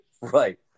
right